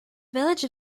village